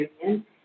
Union